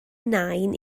nain